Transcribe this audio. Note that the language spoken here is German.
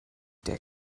der